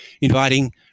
inviting